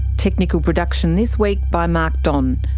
technical production this week by mark don,